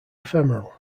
ephemeral